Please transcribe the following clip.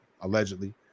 allegedly